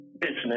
business